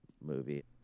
movie